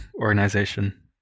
organization